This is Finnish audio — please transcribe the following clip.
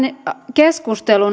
keskustelun